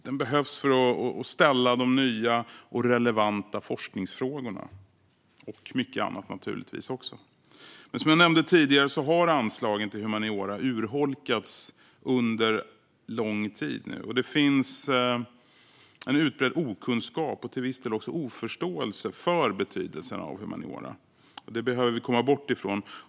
Den behövs för att ställa de nya och relevanta forskningsfrågorna och naturligtvis mycket annat. Som jag nämnde tidigare har anslagen till humaniora urholkats under lång tid. Det finns en utbredd okunskap om och till viss del också oförståelse för betydelsen av humaniora. Det behöver vi komma bort ifrån.